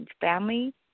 family